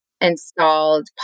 installed